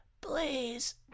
please